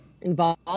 involved